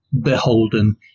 beholden